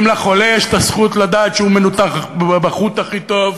החולה, יש לדעת שהוא מנותח, נתפר בחוט הכי טוב,